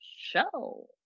show